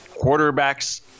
quarterbacks